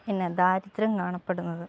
പിന്നെ ദാരിദ്ര്യം കാണപ്പെടുന്നത്